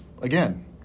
again